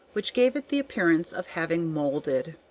which gave it the appearance of having moulded.